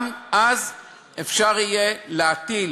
גם אז אפשר יהיה להטיל